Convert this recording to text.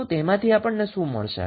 તો તેમાંથી તમને શું મળશે